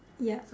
ya